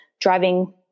driving